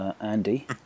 Andy